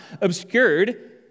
obscured